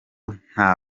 nta